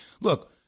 look